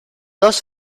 dos